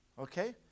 Okay